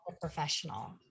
professional